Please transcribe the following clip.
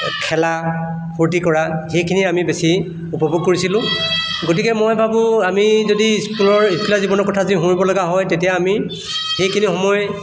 খেলা ফুৰ্ত্তি কৰা সেইখিনি আমি বেছি উপভোগ কৰিছিলোঁ গতিকে মই ভাবোঁ আমি যদি স্কুলৰ স্কুলীয়া জীৱনৰ কথা যদি সোঁৱৰিব লগা হয় তেতিয়া আমি সেইখিনি সময়